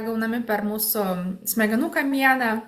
gaunami per mūsų smegenų kamieną